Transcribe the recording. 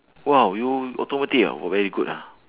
!wow! you automotive ah very good ah